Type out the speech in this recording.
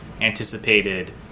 anticipated